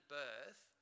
birth